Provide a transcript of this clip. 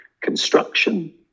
construction